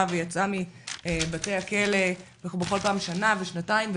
ויצאה מבתי הכלא בכל פעם שנה או שנתיים,